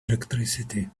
electricity